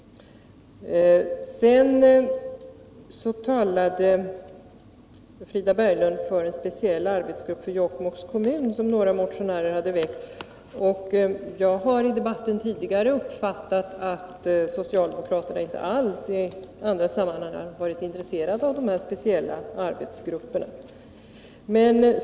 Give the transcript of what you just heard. Frida Berglund talade för en speciell arbetsgrupp för Jokkmokks kommun som några motionärer hade väckt förslag om. Jag har tidigare i debatten uppfattat att socialdemokraterna i andra sammanhang inte alls varit intresserade av de här speciella arbetsgrupperna.